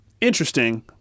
interesting